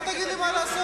אתה לא תגיד לי מה לעשות,